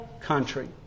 country